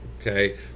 Okay